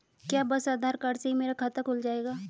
क्या बस आधार कार्ड से ही मेरा खाता खुल जाएगा?